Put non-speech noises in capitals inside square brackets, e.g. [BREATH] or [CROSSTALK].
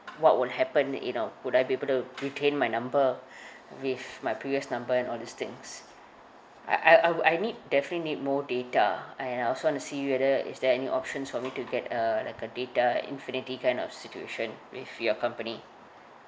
[NOISE] what would happen you know would I be able to [NOISE] retain my number [BREATH] with my previous number and all these things I I I would I need definitely need more data I and I also wanna see whether is there any options for me [NOISE] to get a like a data infinity kind of situation with your company